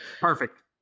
Perfect